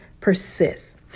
persists